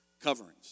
coverings